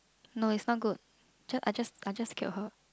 no it's not good just I just I just killed her